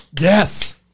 Yes